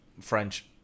French